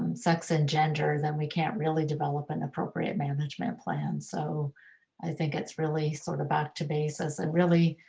sex and gender, then we can't really develop an appropriate management plan. so i think it's really sort of back to basis, really